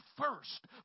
first